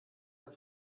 der